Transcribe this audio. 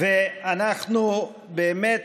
ואנחנו באמת